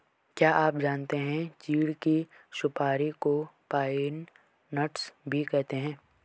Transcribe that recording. क्या आप जानते है चीढ़ की सुपारी को पाइन नट्स भी कहते है?